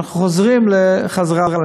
ואנחנו חוזרים לממשלתי.